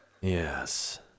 Yes